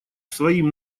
своим